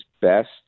best